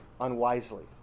unwisely